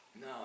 No